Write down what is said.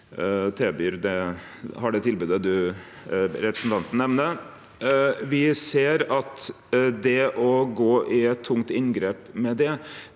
det tilbodet representanten nemner. Me ser at det å gjere eit tungt inngrep mot det,